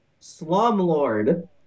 Slumlord